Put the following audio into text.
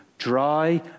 dry